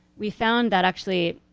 we found that actually,